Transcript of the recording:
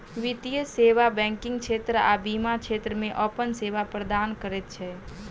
वित्तीय सेवा बैंकिग क्षेत्र आ बीमा क्षेत्र मे अपन सेवा प्रदान करैत छै